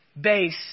base